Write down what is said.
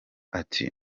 ati